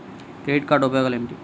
Credit card ఉపయోగాలు ఏమిటి?